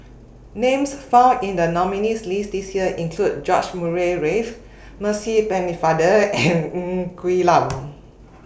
Names found in The nominees' list This Year include George Murray Reith Percy Pennefather and Ng Quee Lam